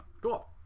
cool